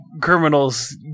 criminals